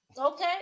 Okay